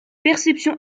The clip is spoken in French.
perception